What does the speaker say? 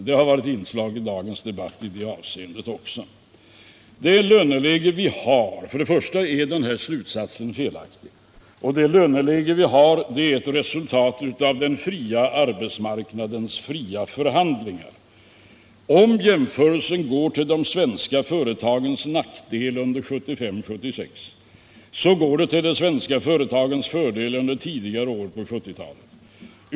Det har varit inslag också i dagens debatt av den innebörden. Den slutsatsen är felaktig. Det löneläge vi har är ett resultat av den fria arbetsmarknadens fria förhandlingar. Om jämförelsen är till de svenska företagens nackdel under 1975 och 1976 så är den till svenska företagens fördel under tidigare år på 1970-talet.